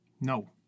no